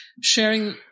sharing